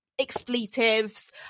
expletives